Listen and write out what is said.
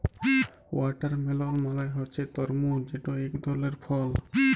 watermelon মালে হছে তরমুজ যেট ইক ধরলের ফল